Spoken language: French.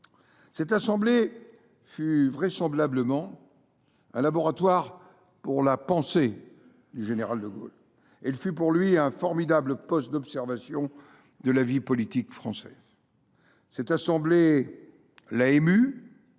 Cette assemblée fut vraisemblablement un laboratoire pour la pensée du général de Gaulle. Elle fut pour lui un formidable poste d’observation de la vie politique française. Cette assemblée l’a ému,